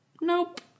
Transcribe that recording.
Nope